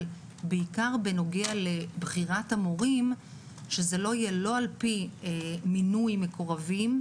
אבל בעיקר בנוגע לבחירת המורים שזה לא יהיה לא על פי מינוי מקורבים,